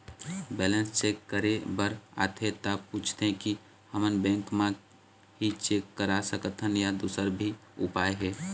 Balance check करे बर आथे ता पूछथें की हमन बैंक मा ही चेक करा सकथन या दुसर भी उपाय हे?